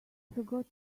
forgot